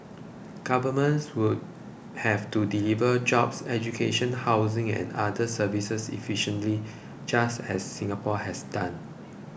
governments would have to deliver jobs education housing and other services efficiently just as Singapore has done